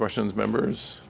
questions members